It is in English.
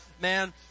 Man